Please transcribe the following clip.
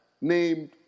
named